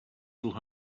little